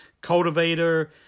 cultivator